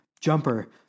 jumper